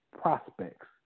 prospects